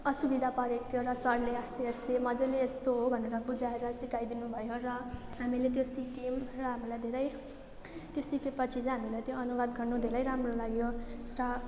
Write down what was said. असुविधा परेको थियो र सरले आस्ते आस्ते मजाले यस्तो हो भनेर बुझाएर सिकाइदिनु भयो र हामीले त्यो सिक्यौँ र हामीलाई धेरै त्यो सिकेपछि हामीलाई चाहिँ त्यो अनुवाद गर्नु धेरै राम्रो लाग्यो र